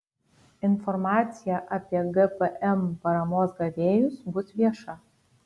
informacija apie gpm paramos gavėjus bus vieša